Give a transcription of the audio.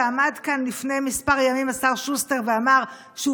ועמד כאן לפני כמה ימים השר שוסטר ואמר שהוא